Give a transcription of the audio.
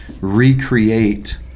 recreate